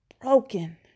broken